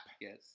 Yes